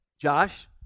Josh